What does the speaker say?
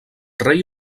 rei